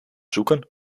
zoeken